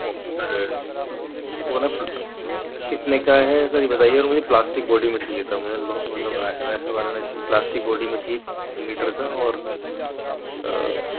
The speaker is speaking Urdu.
اوکے وہ نا کتنے کا ہے سر یہ بتائیے اور مجھے پلاسٹک باڈی میں چاہیے تھا مطلب ایسا ویسا والا نہیں چاہیے پلاسٹک باڈی میں چاہیے لیٹر کا اور